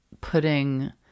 putting